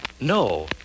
No